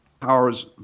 powers